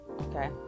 Okay